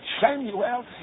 Samuel